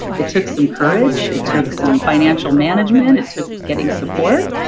it took some courage, it took some financial management, it took getting support,